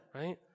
right